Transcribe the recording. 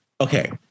Okay